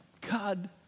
God